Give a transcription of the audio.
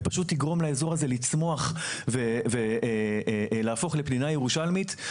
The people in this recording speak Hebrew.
ופשוט תגרום לכל האזור הזה לצמוח ולהפוך לפנינה ירושלמית,